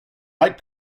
like